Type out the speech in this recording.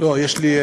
לא, יש לי,